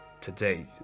today